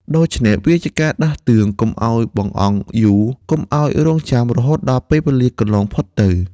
ដូច្នេះវាជាការដាស់តឿនកុំឲ្យបង្អង់យូរ កុំឲ្យរង់ចាំ រហូតដល់ពេលវេលាកន្លងផុតទៅ។